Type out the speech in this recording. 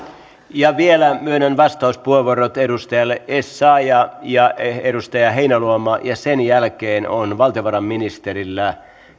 edestään vielä myönnän vastauspuheenvuorot edustajille essayah ja heinäluoma sen jälkeen on valtiovarainministerillä